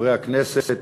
חברי הכנסת,